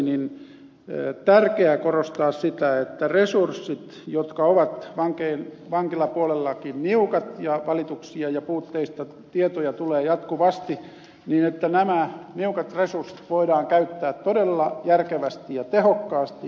rönnikin totesi tärkeää korostaa että nämä niukat resurssit jotka ovat vankilapuolellakin niukat ja valituksia ja tietoja puutteista tulee jatkuvasti voidaan käyttää todella järkevästi ja tehokkaasti